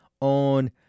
on